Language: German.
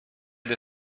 der